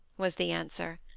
was the answer.